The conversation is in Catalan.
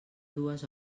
dues